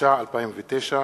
התש"ע 2009,